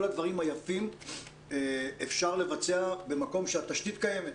הדברים היפים אפשר לבצע במקום שתשתית קיימת.